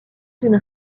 d’une